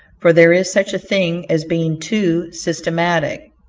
for there is such a thing as being too systematic.